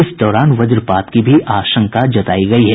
इस दौरान वज्रपात की भी आशंका जतायी गयी है